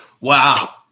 wow